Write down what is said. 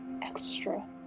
extra